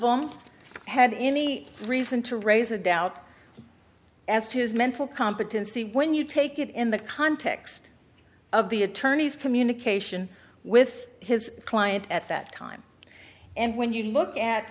them had any reason to raise a doubt as to his mental competency when you take it in the context of the attorney's communication with his client at that time and when you look at